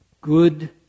Good